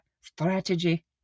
strategy